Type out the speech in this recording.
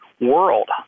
world